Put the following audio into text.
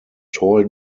toy